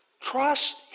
trust